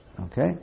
okay